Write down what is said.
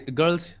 girls